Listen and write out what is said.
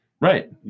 right